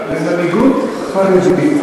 למנהיגות החרדית,